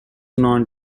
known